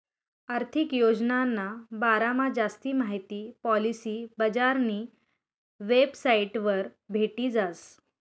आर्थिक योजनाना बारामा जास्ती माहिती पॉलिसी बजारनी वेबसाइटवर भेटी जास